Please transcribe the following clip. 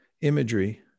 imagery